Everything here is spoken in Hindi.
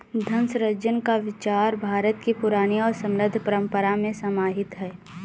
धन सृजन का विचार भारत की पुरानी और समृद्ध परम्परा में समाहित है